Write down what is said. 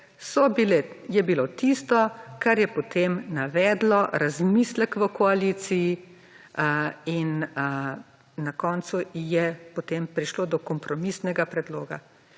je bilo tisto, kar je potem privedlo do razmisleka v koaliciji in je na koncu prišlo do kompromisnega predloga.